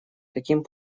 таким